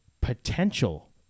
potential